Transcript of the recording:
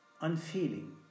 unfeeling